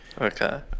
Okay